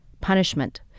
punishment